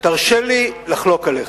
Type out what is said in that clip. תרשה לי לחלוק עליך.